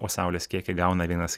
o saulės kiekį gauna vienas